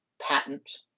patent